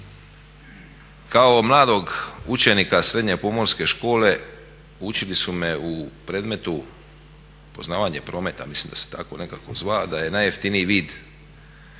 Kao mladog učenika srednje pomorske škole učili su me u predmetu poznavanje prometa, mislim da se tako nekako zvao, da je najjeftiniji vid